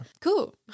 cool